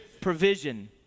Provision